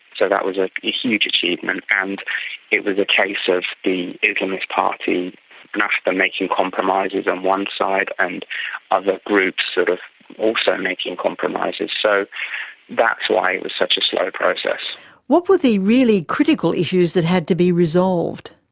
so that was like a huge achievement. and it was a case of the islamist party ennahda making compromises on one side, and other groups sort of also making compromises. so that's why it was such a slow process. what were the really critical issues that had to be resolved?